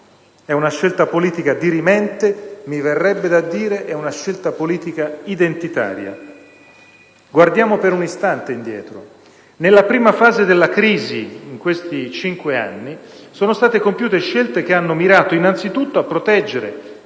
È una scelta politica dirimente. Mi verrebbe da dire: è una scelta politica identitaria. Guardiamo per un istante indietro. Nella prima fase della crisi, in questi cinque anni, sono state compiute scelte che hanno mirato innanzitutto a proteggere,